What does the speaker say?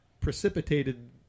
precipitated